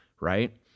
Right